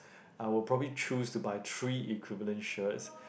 I would probably choose to buy three equivalent shirts